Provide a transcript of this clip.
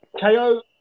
KO